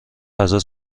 غذا